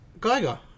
Geiger